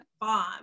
bomb